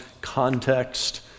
context